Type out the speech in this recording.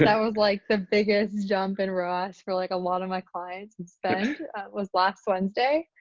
that was like the biggest jump in roas for like a lot of my clients and spend was last wednesday.